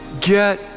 Get